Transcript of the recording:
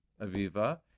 Aviva